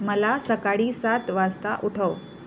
मला सकाळी सात वाजता उठव